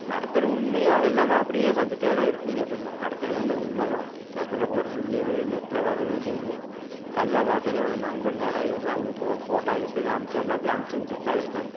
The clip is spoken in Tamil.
நடக்கிற உண்மையை எல்லாமே அப்படியே வந்துகிட்டேதான் இருக்குங்க எப்போவுமே நடக்கிற உண்மை உண்மை தான் பேப்பரில் போடுறதும் சரி நெட்டில் வரதும் சரி கண்ணில் பார்க்குறதும் நண்பன் யாராவது இருந்தால் அவங்க போ போட்டா எடுத்து அனுப்புச்சி எல்லாத்தையும் அனுப்புச்சி விட்டுட்தான் இருக்காங்க